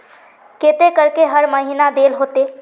केते करके हर महीना देल होते?